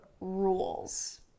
rules